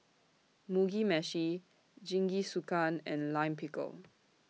Mugi Meshi Jingisukan and Lime Pickle